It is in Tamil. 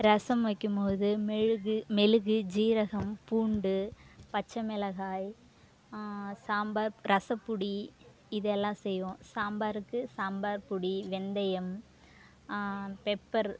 ரசம் வைக்கும் போது மெழுகு மிளகு ஜீரகம் பூண்டு பச்சைமிளகாய் சாம்பார் ரசப்பொடி இதையெல்லாம் செய்வோம் சாம்பாருக்கு சாம்பார் பொடி வெந்தயம் பெப்பர்